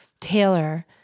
Taylor